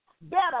better